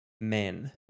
men